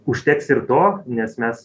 užteks ir to nes mes